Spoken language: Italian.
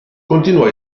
continuò